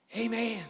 amen